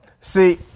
see